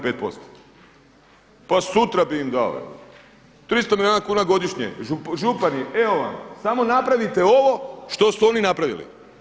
Pa sutra bi im dao, 300 milijuna kuna godišnje župani evo vam samo napravite ovo što su oni napravili.